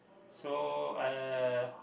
so uh